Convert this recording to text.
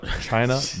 China